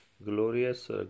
Glorious